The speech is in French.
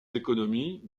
économies